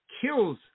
kills